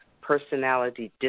personality